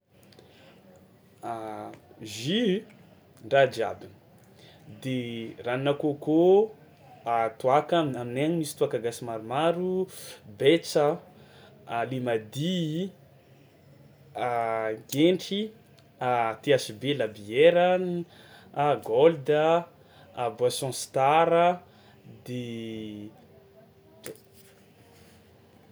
Jus ny raha jiaby, de ranonà coco, toàka aminay any misy toàka gasy maromaro: betsa, a limady, gentry, THB, labiera, a gold a, a boisson star a de.